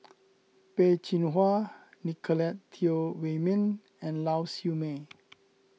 Peh Chin Hua Nicolette Teo Wei Min and Lau Siew Mei